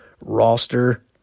roster